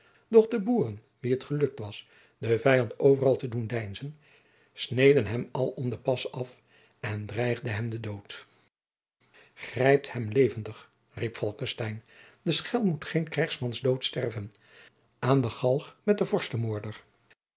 de boeren wien het gelukt was den vijand overal te doen deinzen sneden hem alom den pas af en dreigden hem den dood grijpt hem levendig riep falckestein de schelm moet geen krijgsmansdood sterven aan de galg met den